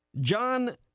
John